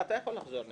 אתה יכול לחזור.